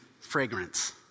fragrance